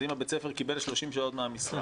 אז אם בית הספר קיבל 30 שעות מהמשרד,